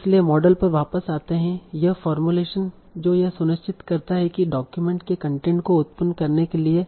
इसलिए मॉडल पर वापस आते हुए यह फार्मूलेशन जो यह सुनिश्चित करता है कि डॉक्यूमेंट के कन्टेंट को उत्पन्न करने के लिए